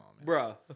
Bro